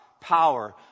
power